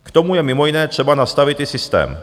K tomu je mimo jiné třeba nastavit i systém.